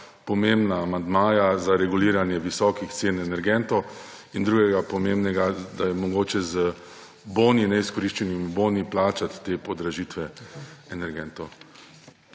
pomembna amandmaja – za reguliranje visokih cen energentov in drugega pomembnega, da je mogoče z neizkoriščenimi boni plačati te podražitve energentov.